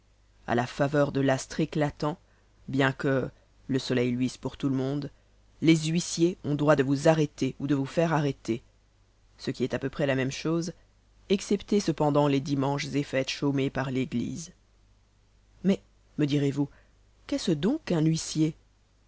à la faveur de l'astre éclatant bien que le soleil luise pour tout le monde les huissiers ont droit de vous arrêter ou de vous faire arrêter ce qui est à peu près la même chose excepté cependant les dimanches et fêtes chômées par l'église mais me direz-vous qu'est-ce dont qu'un huissier